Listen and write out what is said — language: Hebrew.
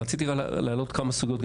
רציתי להעלות כמה סוגיות,